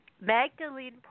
Magdalene